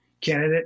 candidate